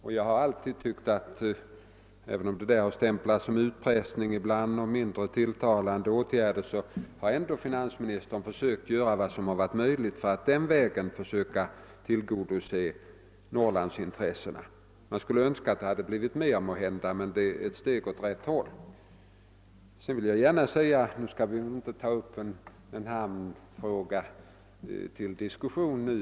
även om ett sådant tillvägagångssätt ibland stämplas som utpressning och anses som en mindre tilltalande åtgärd, har finansministern ändå alltid strävat efter att göra vad som varit möjligt för att på den vägen försöka tillgodose Norrlands intressen. Vi önskar kanske att mer hade kunnat göras, men det är ändå ett steg åt rätt håll. Vad hamnfrågan beträffar skall vi väl inte ta upp den till diskussion nu.